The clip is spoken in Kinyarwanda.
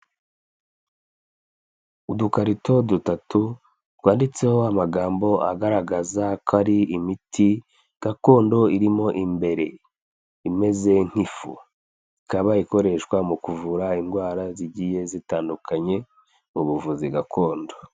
Udukarito dutatu twanditseho amagambo agaragaza ko ari imiti gakondo iri mo imbere imeze nk'ifu, ikaba ikoreshwa mu kuvura indwara zigiye zitandukanye mu buvuzi gakondo.